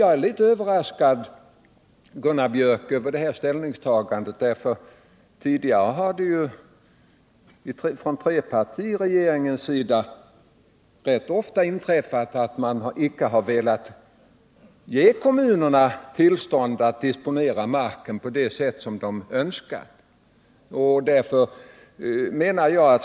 Jag är litet överraskad över detta ställningstagandet från centerns sida, Gunnar Björk. Det inträffade under trepartiregeringens tid rätt ofta att regeringen inte ville ge kommunerna tillstånd att disponera marken på det sätt som de önskade.